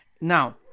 Now